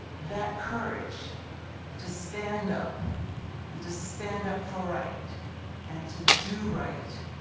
that courage to stand up and to stand up for right and to do right,